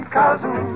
cousin